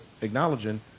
acknowledging